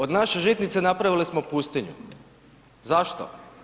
Od naše žitnice, napravili smo pustinju, zašto?